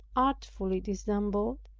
artfully dissembled,